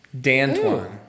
Dan-Twan